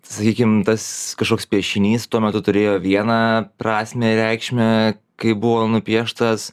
sakykim tas kažkoks piešinys tuo metu turėjo vieną prasmę reikšmę kai buvo nupieštas